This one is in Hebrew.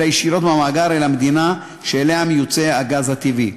אלא ישירות מהמאגר אל המדינה שאליה מיוצא הגז הטבעי.